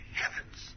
heavens